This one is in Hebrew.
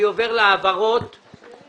אני עובר להעברות התקציביות.